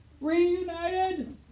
reunited